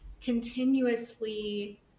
continuously